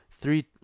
three